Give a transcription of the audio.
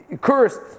cursed